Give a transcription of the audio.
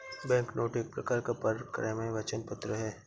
banknote एक प्रकार का परक्राम्य वचन पत्र है